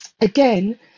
again